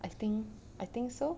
I think I think so